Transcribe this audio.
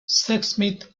sexsmith